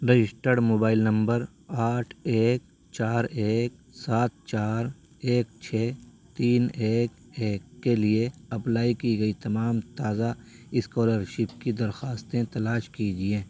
registered mobile number آٹھ ایک چار ایک سات چار ایک چھ تین ایک ایک کے لیے اپلائی کی گئی تمام تازہ اسکالرشپ کی درخواستیں تلاش کیجیے